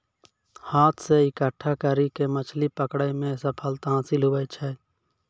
हाथ से इकट्ठा करी के मछली पकड़ै मे सफलता हासिल हुवै छै